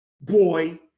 boy